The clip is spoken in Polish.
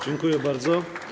Dziękuję bardzo.